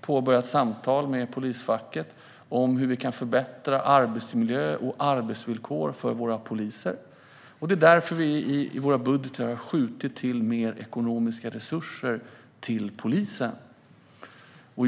påbörjat samtal med polisfacket om hur vi kan förbättra arbetsmiljö och arbetsvillkor för våra poliser, och det är därför vi i våra budgetar har skjutit till mer ekonomiska resurser till polisen.